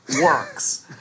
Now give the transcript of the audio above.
works